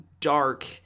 dark